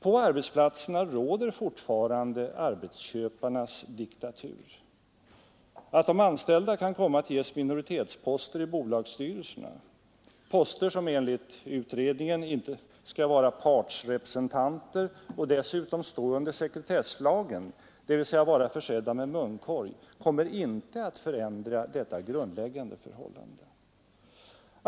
På arbetsplatserna råder fortfarande arbetsköparnas diktatur. Att de anställda kan komma att ges minoritetsposter i bolagsstyrelserna — poster som enligt utredningen inte skall tillhöra partsrepresentanter och som dessutom skall stå under sekretesslagen, dvs. vederbörande skall vara försedd med munkorg — kommer inte att förändra detta grundläggande förhållande.